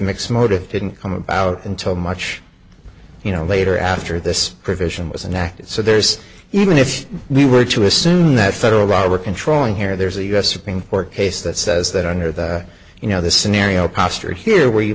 mixed motives didn't come about until much you know later after this provision was an act so there's even if we were to assume that federal law were controlling here there's a u s supreme court case that says that under the you know the scenario posture here where you